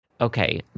okay